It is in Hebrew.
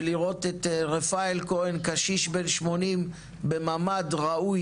ולראות את רפאל כהן קשיש בן 80 בממ"ד ראוי,